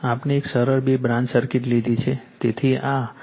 આપણે એક સરળ બે બ્રાન્ચ સર્કિટ લીધી છે